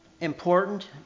important